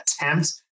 attempt